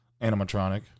animatronic